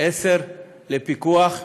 10 לפיקוח.